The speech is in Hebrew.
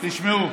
סימן לך,